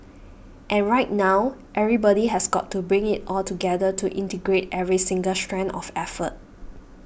and right now everybody has got to bring it all together to integrate every single strand of effort